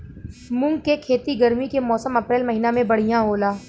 मुंग के खेती गर्मी के मौसम अप्रैल महीना में बढ़ियां होला?